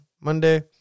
Monday